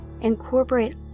Incorporate